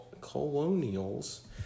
colonials